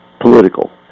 political